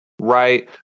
right